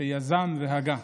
שיזם והגה,